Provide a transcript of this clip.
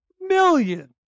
million